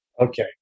Okay